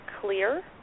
clear